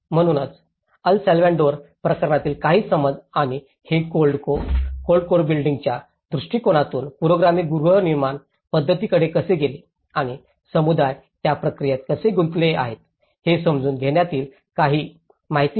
म्हणूनच El Salvador प्रकरणातील काही समज आणि हे कोल्ड कोर बिल्डींग्सीच्या दृष्टीकोनातून पुरोगामी गृहनिर्माण पद्धतीकडे कसे गेले आणि समुदाय त्या प्रक्रियेत कसे गुंतले आहेत ते समजून घेण्यातील ही काही माहिती आहे